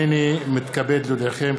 הנני מתכבד להודיעכם,